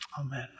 Amen